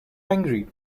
angry